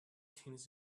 teens